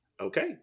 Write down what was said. Okay